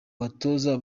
batoza